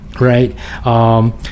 right